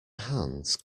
hands